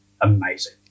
amazing